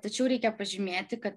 tačiau reikia pažymėti kad